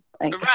Right